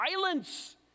violence